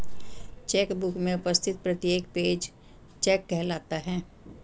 check book में उपस्थित प्रत्येक पेज चेक कहलाता है